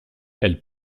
elle